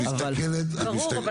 ברור.